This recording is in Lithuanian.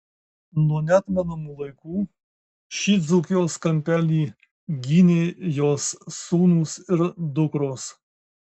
nuo neatmenamų laikų šį dzūkijos kampelį gynė jos sūnūs ir dukros